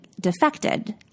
defected